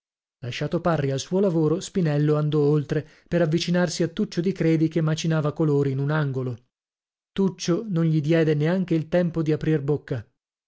lasciato parri al suo lavoro spinello andò oltre per avvicinarsi a tuccio di credi che macinava colori in un angolo tuccio non gli diede neanche il tempo di aprir bocca